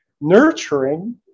nurturing